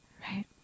right